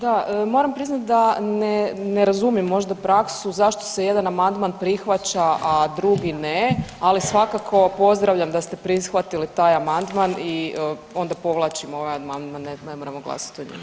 Da, moram priznati da ne razumije možda praksu zašto se jedan amandman prihvaća, a drugi ne, ali svakako pozdravljam da ste prihvatili taj amandman i onda povlačim ovaj amandman, ne moramo glasati o njemu.